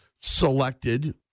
selected